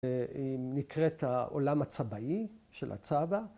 ‫נקראת העולם הצבאי של הצבא.